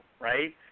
right